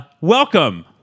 Welcome